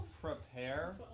prepare